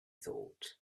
thought